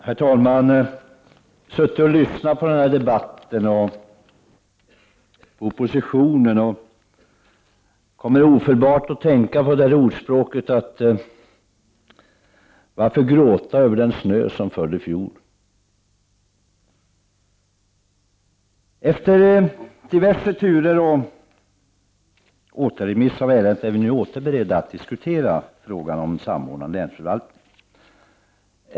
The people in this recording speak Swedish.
Herr talman! Jag har suttit och lyssnat på debatten och kommer ofelbart att tänka på ordspråket: Varför gråta över den snö som föll i fjol? Efter diverse turer och återremiss av ärendet är vi nu åter beredda att diskutera frågan om samordnad länsförvaltning.